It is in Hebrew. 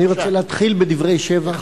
אני רוצה להתחיל בדברי שבח